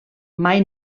mai